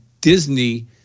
Disney